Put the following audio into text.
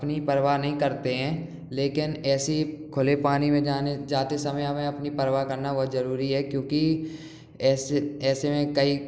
अपनी परवाह नहीं करते हैं लेकिन ऐसी खुले पानी में जाने जाते समय हमें अपनी परवाह करना बहुत जरूरी है क्योंकि ऐसे ऐसे में कई